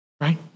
Right